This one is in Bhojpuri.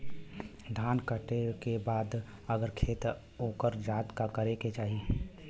धान कांटेके बाद अगर खेत उकर जात का करे के चाही?